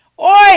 Oi